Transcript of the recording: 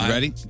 Ready